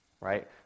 right